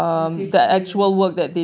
the phase three ya